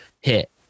hit